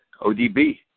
ODB